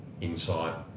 insight